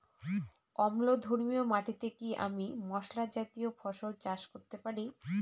অম্লধর্মী মাটিতে কি আমি মশলা জাতীয় ফসল চাষ করতে পারি?